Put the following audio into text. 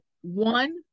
one